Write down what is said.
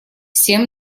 всем